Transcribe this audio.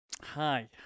Hi